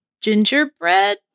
gingerbread